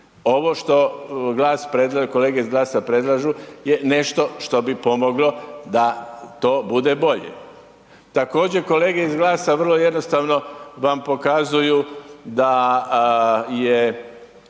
kolege iz GLAS-a predlažu je nešto što bi pomoglo da to bude bolje. Također kolege iz GLAS-a vrlo jednostavno vam pokazuju da je